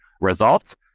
results